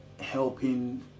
helping